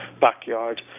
backyard